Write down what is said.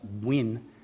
win